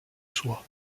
soie